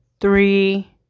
three